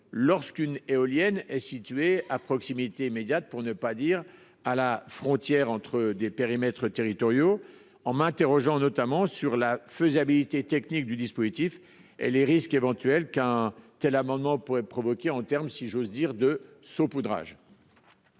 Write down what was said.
lorsqu'une éolienne est situé à proximité immédiate pour ne pas dire à la frontière entre des périmètres territoriaux en m'interrogeant notamment sur la faisabilité technique du dispositif et les risques éventuels qu'un tel amendement pourrait provoquer en terme si j'ose dire de saupoudrage.